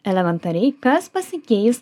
elementariai kas pasikeis